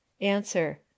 Answer